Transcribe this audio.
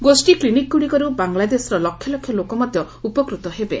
ଗୋଷୀ କ୍ଲିନିକ୍ଗୁଡ଼ିକରୁ ବାଙ୍ଗଲାଦେଶର ଲକ୍ଷ ଲୋକ ମଧ୍ୟ ଉପକୃତ ହେବେ